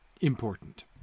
important